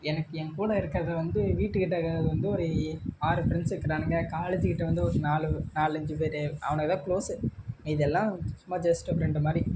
எனக்கு என் கூட இருக்கிறது வந்து வீட்டுக்கிட்டக்க வந்து ஒரு ஆறு ஃப்ரெண்ட்ஸ் இருக்கிறானுங்க காலேஜிக்கிட்டே வந்து ஒரு நாலு நாலஞ்சு பேர் அவனுங்கதான் குளோஸு மீதியெல்லாம் சும்மா ஜஸ்ட்டு ஃப்ரெண்டு மாதிரி